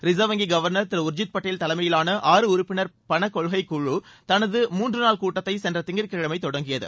ரின்வ் வங்கி கவர்னர் திரு உர்ஜித் படேல் தலைமையிலான ஆறு உறுப்பினர் பணக்கொள்கை குழு தனது மூன்று நாள் கூட்டத்தை சென்ற திங்கட்கிழமை தொடங்கியது